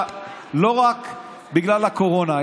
לא רק בגלל הקורונה.